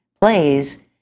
plays